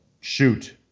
Shoot